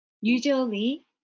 Usually